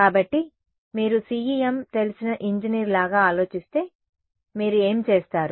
కాబట్టి మీరు CEM తెలిసిన ఇంజనీర్ లాగా ఆలోచిస్తే మీరు ఏమి చేస్తారు